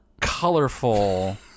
colorful